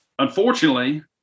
Unfortunately